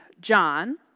John